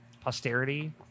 posterity